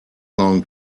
long